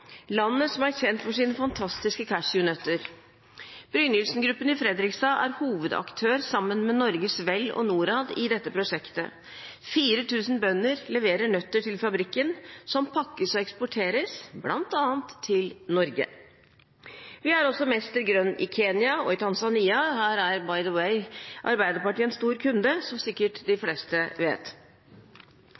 som er kjent for sine fantastiske cashewnøtter. Brynild Gruppen i Fredrikstad er hovedaktør sammen med Norges Vel og Norad i dette prosjektet. 4 000 bønder leverer til fabrikken nøtter som pakkes og eksporteres, bl.a. til Norge. Vi har også Mester Grønn i Kenya og i Tanzania – her er «by the way» Arbeiderpartiet en stor kunde, som sikkert de